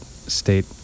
state